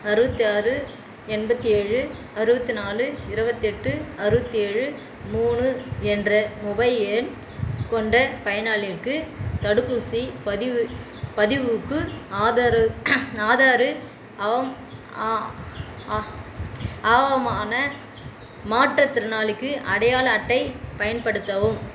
அறுபத்தி ஆறு எண்பத்து ஏழு அறுபத்தி நாலு இருபத்தெட்டு அறுபத்தி ஏழு மூணு என்ற மொபைல் எண் கொண்ட பயனாளிகளுக்கு தடுப்பூசி பதிவு பதிவுக்கு ஆதாரு ஆதாரு ஆவ் ஆ ஆ ஆவணமான மாற்றுதிறனாளிக்கு அடையாள அட்டை பயன்படுத்தவும்